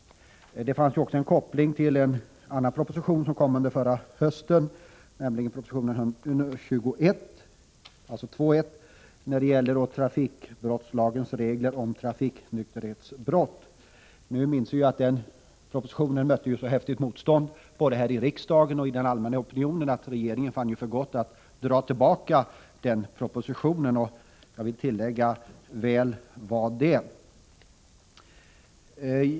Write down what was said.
Det finns också en koppling till en annan proposition, som lades fram i höstas, nämligen proposition 21 beträffande trafikbrottslagens regler om trafiknykterhetsbrott. Den propositionen mötte så häftigt motstånd både här i riksdagen och i den allmänna opinionen att regeringen fann för gott att dra tillbaka den — och väl var det, vill jag tillägga.